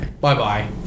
bye-bye